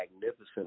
magnificent